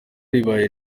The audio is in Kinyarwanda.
ribaye